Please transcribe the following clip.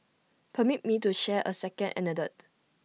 permit me to share A second anecdote